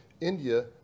India